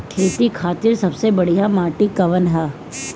खेती खातिर सबसे बढ़िया माटी कवन ह?